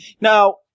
Now